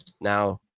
now